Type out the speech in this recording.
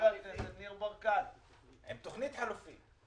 עם תוכנית חלופית.